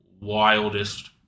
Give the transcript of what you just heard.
wildest